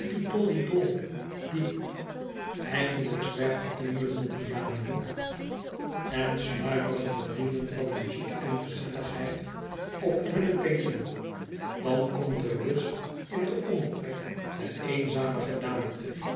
eindelijk zwijgt de klingelende piano en sluihet verlaten huis meren de vrienden van muziek en gezelligheid op hunne peluwen dan komt er rust in den omtrek der eenzame gedaante